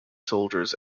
soldiers